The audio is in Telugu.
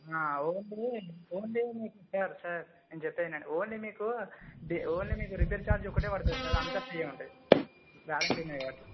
ఓన్లీ ఓన్లీ మీకు సార్ సార్ నేను చెప్పేది ఇనండి ఓన్లీ మీకు ఓన్లీ మీకు రిపేర్ ఛార్జ్ ఒక్కటే పడుతుంది సార్ అంతా ఫ్రీయే ఉంటుంది వారంటీనే కాబట్టి